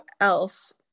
else